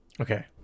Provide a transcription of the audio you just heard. Okay